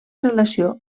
relació